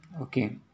Okay